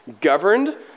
governed